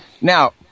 Now